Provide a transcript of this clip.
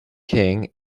king